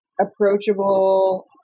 approachable